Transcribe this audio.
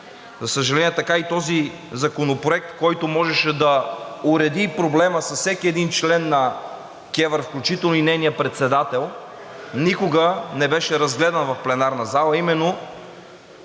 За съжаление, така и този законопроект, който можеше да уреди проблема с всеки един член на КЕВР, включително и нейния председател, никога не беше разгледан в пленарната зала